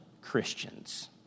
Christians